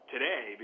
today